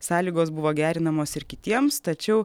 sąlygos buvo gerinamos ir kitiems tačiau